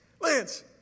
Lance